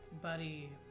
buddy